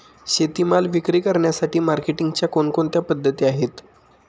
शेतीमाल विक्री करण्यासाठी मार्केटिंगच्या कोणकोणत्या पद्धती आहेत?